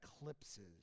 eclipses